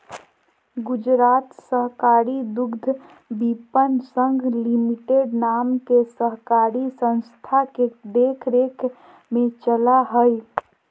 गुजरात सहकारी दुग्धविपणन संघ लिमिटेड नाम के सहकारी संस्था के देख रेख में चला हइ